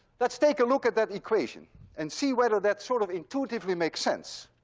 let's take a look at that equation and see whether that sort of intuitively makes sense.